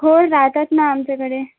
हो राहतात ना आमच्याकडे